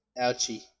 Ouchie